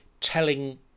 telling